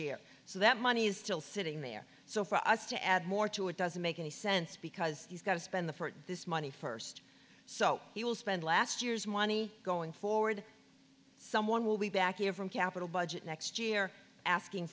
year so that money is still sitting there so for us to add more to it doesn't make any sense because he's got to spend the this money first so he will spend last year's money going forward someone will be back here from capital budget next year asking